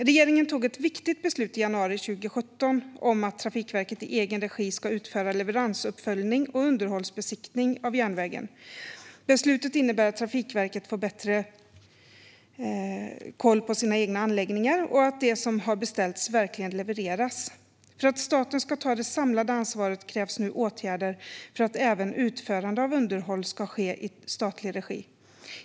Regeringen tog ett viktigt beslut i januari 2017 om att Trafikverket i egen regi ska utföra leveransuppföljning och underhållsbesiktning av järnvägen. Beslutet innebär att Trafikverket får bättre koll på sina egna anläggningar och att det som har beställts verkligen levereras. För att staten ska ta det samlade ansvaret krävs nu åtgärder för att även utförande av underhåll ska ske i statlig regi.